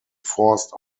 forced